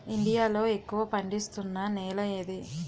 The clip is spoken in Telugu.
ఇండియా లో ఎక్కువ పండిస్తున్నా నేల ఏది?